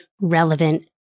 relevant